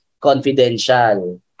confidential